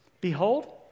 Behold